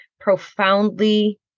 profoundly